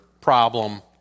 problem